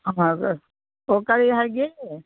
ꯑꯣ ꯀꯔꯤ ꯍꯥꯏꯒꯦ